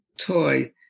toy